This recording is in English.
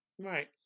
right